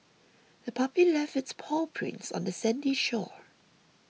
the puppy left its paw prints on the sandy shore